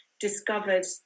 discovered